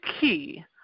key